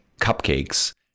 cupcakes